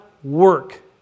work